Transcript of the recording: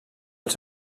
els